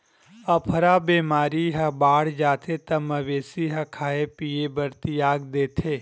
अफरा बेमारी ह बाड़ जाथे त मवेशी ह खाए पिए बर तियाग देथे